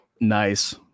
Nice